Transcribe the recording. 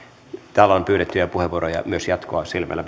täällä on pyydettyjä puheenvuoroja myös jatkoa silmällä